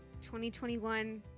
2021